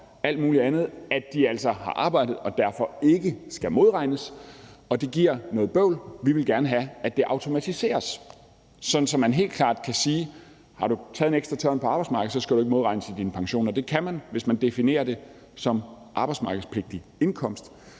alt muligt andet, at de altså har arbejdet og derfor ikke skal modregnes, og det giver noget bøvl. Vi vil gerne have, at det automatiseres, sådan at man helt klart kan sige: Har du taget en ekstra tørn på arbejdsmarkedet, skal du ikke modregnes i din pension. Og det kan man, hvis man definerer det som arbejdsmarkedspligtig indkomst.